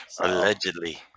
Allegedly